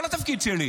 לא לתפקיד שלי?